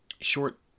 short